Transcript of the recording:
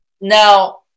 Now